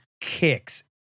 kicks